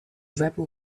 rebel